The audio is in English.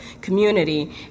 community